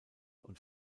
und